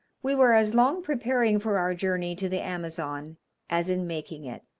we were as long preparing for our journey to the amazon as in making it.